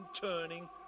turning